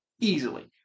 easily